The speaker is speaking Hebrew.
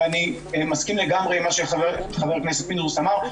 ואני מסכים לגמרי עם מה שח"כ פינדרוס אמר,